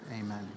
amen